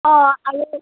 অঁ আৰু